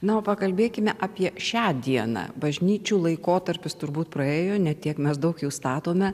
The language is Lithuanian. na pakalbėkime apie šią dieną bažnyčių laikotarpis turbūt praėjo ne tiek mes daug jų statome